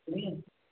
मी